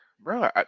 bro